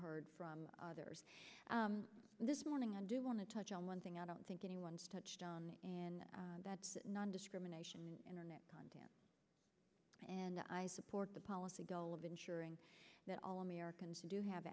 heard from others this morning i do want to touch on one thing i don't think anyone's touched on in that nondiscrimination internet content and i support the policy goal of ensuring that all americans do have